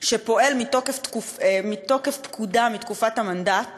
שפועל מתוקף פקודה מתקופת המנדט